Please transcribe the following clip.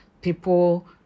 people